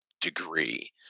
degree